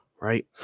right